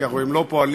כי הרי הם לא פועלים